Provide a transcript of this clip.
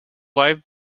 live